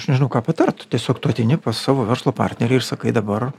aš nežinau ką patart tiesiog tu ateini pas savo verslo partnerį ir sakai dabar